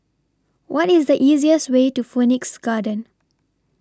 What IS The easiest Way to Phoenix Garden